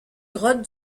grottes